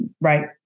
right